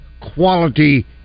quality